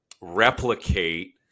replicate